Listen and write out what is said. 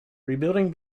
rebuilding